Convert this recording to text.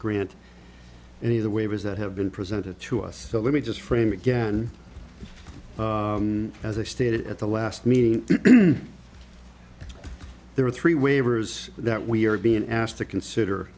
grant any of the waivers that have been presented to us so let me just frame again as i stated at the last meeting there are three waivers that we are being asked to consider